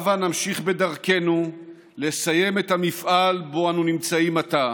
הבה נמשיך בדרכנו לסיים את המפעל בו אנו נמצאים עתה